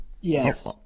Yes